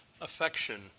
affection